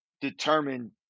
determined